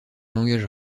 langage